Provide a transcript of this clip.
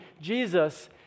Jesus